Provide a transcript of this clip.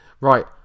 right